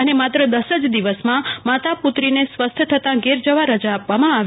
અને મ ત્ર દસજ દિવસમં મ ત પુત્રીને સ્વસ્થ થત ઘેર જવ રજા આપવ મં આવી